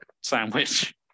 sandwich